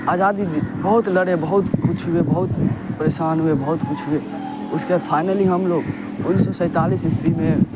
آزادی دی بہت لڑے بہت کچھ ہوئے بہت پریشان ہوئے بہت کچھ ہوئے اس کے فائنلی ہم لوگ انیس سو سینتالیس عیسوی میں